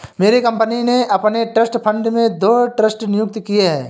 मेरी कंपनी ने अपने ट्रस्ट फण्ड में दो ट्रस्टी नियुक्त किये है